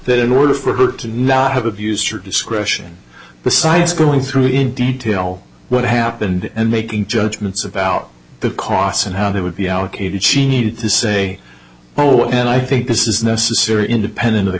that in order for her to not have abused her discretion besides going through in detail what happened and making judgments about the costs and how they would be allocated she needed to say oh and i think this is necessary independent of the